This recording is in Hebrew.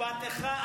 משפט אחד.